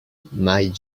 might